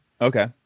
Okay